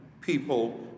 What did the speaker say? people